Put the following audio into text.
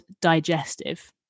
digestive